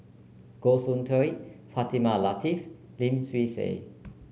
Goh Soon Tioe Fatimah Lateef Lim Swee Say